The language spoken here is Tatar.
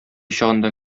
чагында